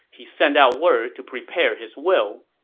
he sent out word to prepare his will,